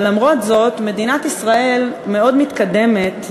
אבל למרות זאת מדינת ישראל מאוד מתקדמת,